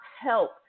help